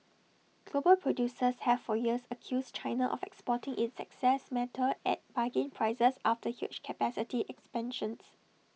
global producers have for years accused China of exporting its excess metal at bargain prices after huge capacity expansions